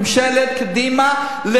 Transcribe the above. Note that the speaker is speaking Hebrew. ממשלת קדימה,